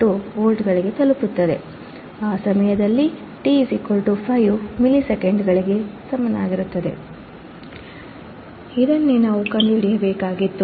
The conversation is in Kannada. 2 ವೋಲ್ಟ್ಗಳಿಗೆ ತಲುಪುತ್ತದೆ ಆ ಸಮಯದಲ್ಲಿ t 5 ಮಿಲಿಸೆಕೆಂಡುಗಳಿಗೆ ಸಮನಾಗಿರುತ್ತದೆ ಇದನ್ನೇ ನಾವು ಕಂಡುಹಿಡಿಯಬೇಕಾಗಿತ್ತು